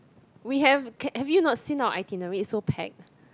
we have can have you not seen our itinerary it's so pack